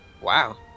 Wow